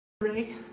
Ray